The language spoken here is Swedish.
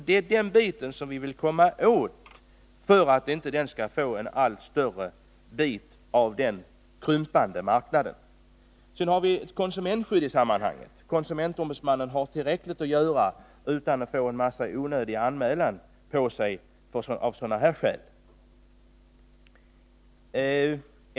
Det är den biten vi vill komma åt för att den inte skall bli en allt större del av den krympande marknaden. Vi har ett konsumentskydd. Konsumentombudsmannen har tillräckligt att göra utan att få en mängd onödiga anmälningar av sådana här skäl.